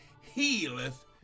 healeth